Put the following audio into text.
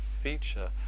feature